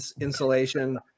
insulation